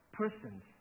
persons